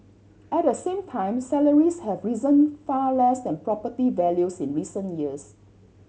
at the same time salaries have risen far less than property values in recent years